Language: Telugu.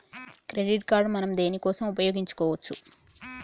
క్రెడిట్ కార్డ్ మనం దేనికోసం ఉపయోగించుకోవచ్చు?